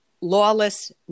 lawless